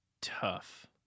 tough